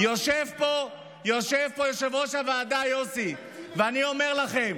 יושב פה יושב-ראש הוועדה יוסי, ואני אומר לכם: